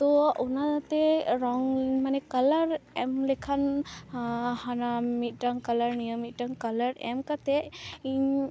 ᱛᱚ ᱚᱱᱟᱛᱮ ᱨᱚᱝ ᱢᱟᱱᱮ ᱠᱟᱞᱟᱨ ᱮᱢ ᱞᱮᱠᱷᱟᱱ ᱦᱟᱱᱟ ᱢᱤᱫᱴᱟᱝ ᱠᱟᱞᱟᱨ ᱱᱤᱭᱟᱹ ᱢᱤᱫᱴᱟᱝ ᱠᱟᱞᱟᱨ ᱮᱢ ᱠᱟᱛᱮ ᱤᱧ